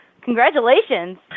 Congratulations